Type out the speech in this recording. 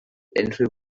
unrhyw